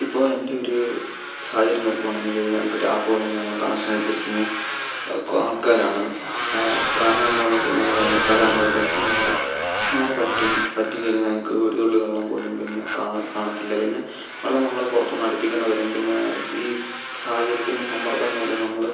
ഇപ്പോൾ എൻ്റെ ഒരു സാഹചര്യം നോക്കുവാണെങ്കിൽ ഞങ്ങൾക്ക് ടാപ്പ് വെള്ളം ഞങ്ങൾ കണക്ഷൻ എടുത്തിരിക്കുന്ന ആൾക്കാരാണ് കാരണമെന്താണെന്ന് വെച്ച് കഴിഞ്ഞാൽ വേനൽക്കാലം ആകുമ്പോഴത്തേക്കും ഞങ്ങളുടെ കിണർ വറ്റും വറ്റി കഴിഞ്ഞാൽ ഞങ്ങൾക്ക് ഒരു തുള്ളി വെള്ളം പോലും പിന്നെ കാണാ കാണത്തില്ല പിന്നെ വെള്ളം നമ്മൾ പുറത്തുനിന്ന് അടിപ്പിക്കേണ്ടി വരും പിന്നെ ഈ സാഹചര്യത്തിൻ്റെ സമ്മർദ്ദം മൂലം നമ്മൾ